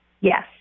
Yes